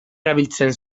erabiltzen